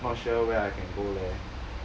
not sure where I can go leh